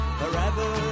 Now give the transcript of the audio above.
forever